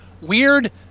weird